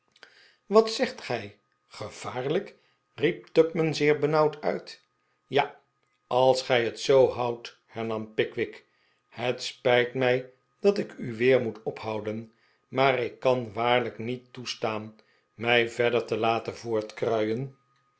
wat zegt gij gevaarlijk riep tupman zeer benauwd uit ja als gij het zoo hou jt hernam pickwick het spijt mij dat ik u weer moet ophouden maar ik kan waarlijk niet toestaan mij verder te laten